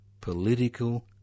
political